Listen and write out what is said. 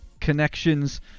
connections